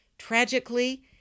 Tragically